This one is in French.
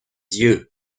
yeux